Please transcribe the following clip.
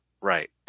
right